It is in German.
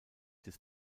des